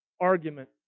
argument